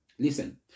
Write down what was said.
Listen